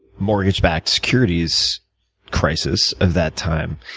mortgage-backed securities crisis of that time.